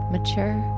Mature